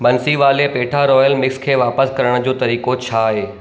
बंसीवाले petha royal mix खे वापसि करण जो तरीक़ो छा आहे